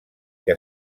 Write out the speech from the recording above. que